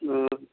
ओऽ